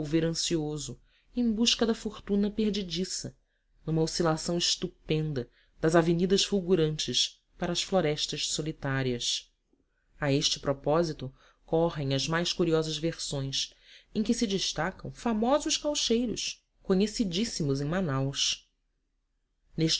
ansioso em busca da fortuna perdidiça numa oscilação estupenda das avenidas fulgurantes para as florestas solitárias a este propósito correm as mais curiosas versões em que se destacam famosos caucheiros conhecidíssimos em manaus